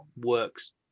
works